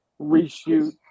reshoot